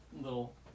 little